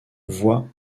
voie